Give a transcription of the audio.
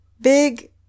big